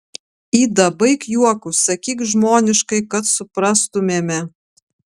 ida baik juokus sakyk žmoniškai kad suprastumėme